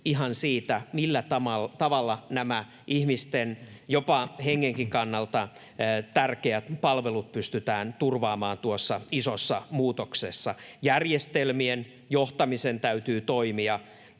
ihan siitä, millä tavalla nämä jopa ihmisten hengenkin kannalta tärkeät palvelut pystytään turvaamaan tuossa isossa muutoksessa. Järjestelmien johtamisen täytyy toimia